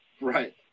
Right